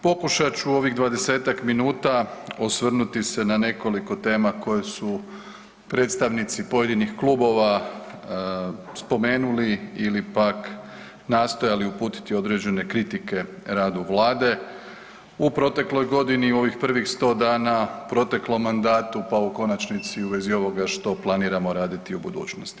Pokuštat ću ovih 20-tak minuta osvrnuti se na nekoliko tema koje su predstavnici pojedinih klubova spomenuli ili pak nastojali uputiti određene kritike radu vlade u protekloj godini i u ovih prvih 100 dana, proteklom mandatu, pa u konačnici u vezi ovoga što planiramo raditi u budućnosti.